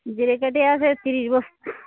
জিরেকাঠি আছে তিরিশ বস্তা